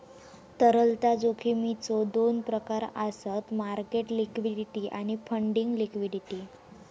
तरलता जोखमीचो दोन प्रकार आसत मार्केट लिक्विडिटी आणि फंडिंग लिक्विडिटी